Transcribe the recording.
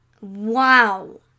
Wow